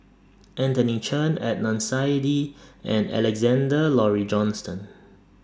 Anthony Chen Adnan Saidi and Alexander Laurie Johnston